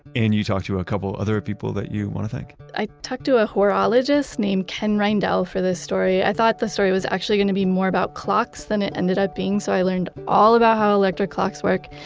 and you talked to a couple other people that you wanna thank? i talked to a horologist named ken reindel for this story. i thought the story was actually going to be more about clocks than it ended up being. so i learned all about how electric clocks work.